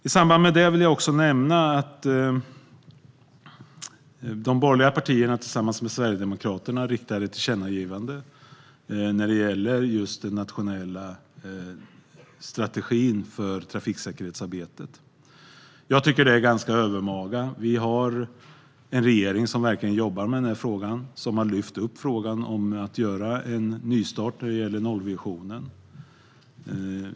I samband med det vill jag nämna att de borgerliga partierna tillsammans med Sverigedemokraterna föreslår att riksdagen ska rikta ett tillkännagivande till regeringen, just när det gäller den nationella strategin för trafiksäkerhetsarbetet. Jag tycker att det är ganska övermaga. Vi har en regering som verkligen jobbar med frågan och som har lyft upp frågan om att göra en nystart när det gäller nollvisionen.